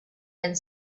and